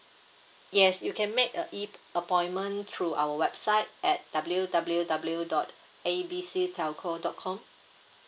yes you can make a E appointment through our website at W_W_W dot A B C telco dot com